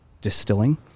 distilling